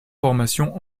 formation